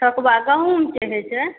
ठोकबा गहूँमके होइत छै